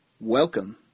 welcome